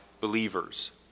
believers